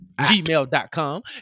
gmail.com